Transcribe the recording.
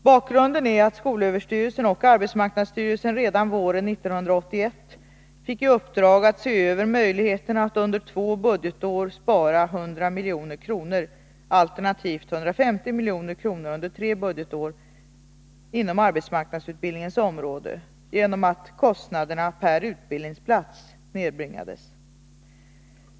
Bakgrunden är att skolöverstyrelsen och arbetsmarknadsstyrelsen redan våren 1981 fick i uppdrag att se över möjligheterna att under två budgetår spara 100 milj.kr., alternativt 150 milj.kr. under tre budgetår, inom arbetsmarknadsutbildningens område genom att kostnaden per utbildningsplats nedbringades.